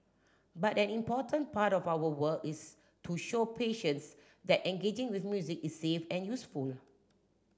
but an important part of our work is to show patients that engaging with music is safe and useful